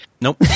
Nope